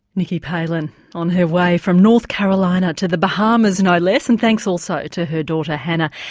nikki palin on her way from north carolina to the bahamas no less and thanks also to her daughter hannah.